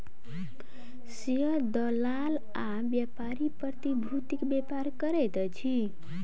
share दलाल आ व्यापारी प्रतिभूतिक व्यापार करैत अछि